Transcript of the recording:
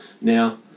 Now